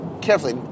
carefully